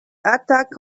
attack